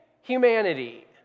humanity